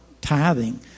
tithing